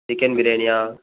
chicken பிரியாணியா